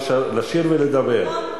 לשיר ולדבר.